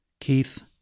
Keith